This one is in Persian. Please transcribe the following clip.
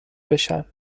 بشن